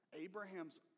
Abraham's